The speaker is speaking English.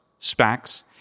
SPACs